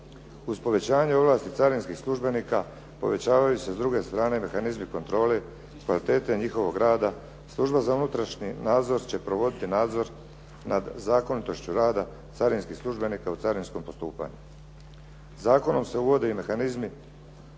Uz povećanje ovlasti carinskih službenika, povećavaju se s druge strane mehanizmi kontrole, kvalitete njihovog rada, služba za unutrašnji nadzor će provoditi nadzor nad zakonitošću rada carinskih službenika u carinskom postupanju. Zakonom se uvode i mehanizmi